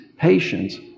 patience